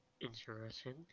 Interesting